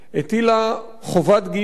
הטילה חובת גיוס